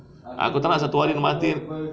aku tak nak satu hari nanti